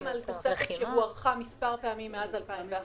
אנחנו מדברים על תקופה שהוארכה מספר פעמים מאז 2011,